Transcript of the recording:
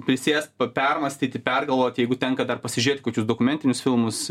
prisėst po permąstyti pergalvoti jeigu tenka dar pasižiūėt kokius dokumentinius filmus